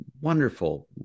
wonderful